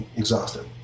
exhausted